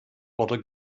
wurde